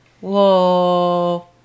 whoa